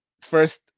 first